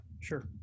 sure